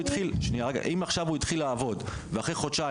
אם הוא התחיל לעבוד עכשיו ואחרי חודשיים